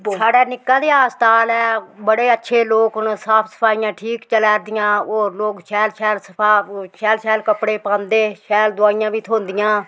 साढ़ै निक्का जेहा अस्पताल ऐ बड़े अच्छे लोक न साफ सफाइयां ठीक चला दियां होर लोक शैल शैल सफाऽ शैल कपड़े पांदे शैल दवाइयां बी थ्होंदियां